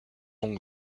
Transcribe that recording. oncle